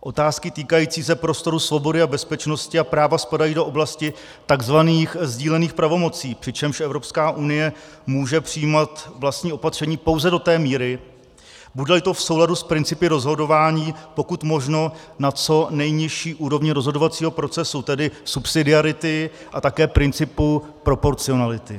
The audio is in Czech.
Otázky týkající se prostoru svobody a bezpečnosti a práva spadají do oblasti tzv. sdílených pravomocí, přičemž Evropská unie může přijímat vlastní opatření pouze do té míry, budeli to v souladu s principy rozhodování pokud možno na co nejnižší úrovni rozhodovacího procesu, tedy subsidiarity a také principu proporcionality.